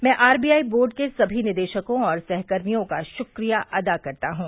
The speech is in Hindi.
मैं आरबीआई बोर्ड के सभी निदेशकों और सहकर्मियों का शुक्रिया अदा करता हूँ